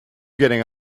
getting